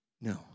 no